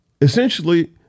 essentially